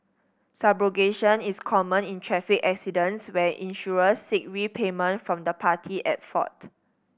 subrogation is common in traffic accidents where insurers seek repayment from the party at fault